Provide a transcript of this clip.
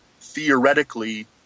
theoretically